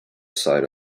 sign